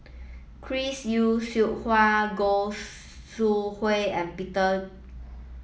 Chris Yeo Siew Hua Goi Seng Hui and Peter